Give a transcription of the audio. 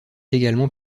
également